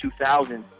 2000